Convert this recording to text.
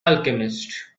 alchemist